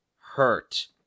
Hurt